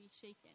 shaken